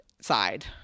side